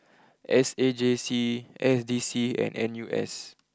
S A J C S D C and N U S